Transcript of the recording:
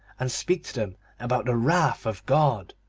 and speak to them about the wrath of god.